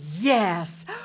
yes